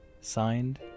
Signed